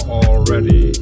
already